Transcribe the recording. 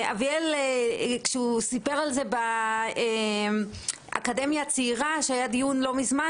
אבל כשאביאל סיפר על זה באקדמיה הצעירה שהיה דיון לא מזמן